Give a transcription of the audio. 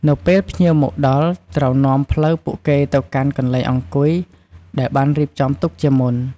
នៅពេលភ្ញៀវមកដល់ ត្រូវនាំផ្លូវពួកគេទៅកាន់កន្លែងអង្គុយដែលបានរៀបចំទុកជាមុន។